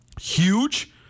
huge